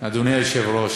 אדוני היושב-ראש,